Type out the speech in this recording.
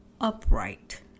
upright